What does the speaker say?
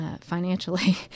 financially